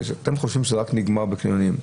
אתם חושבים שזה נגמר רק בקניונים.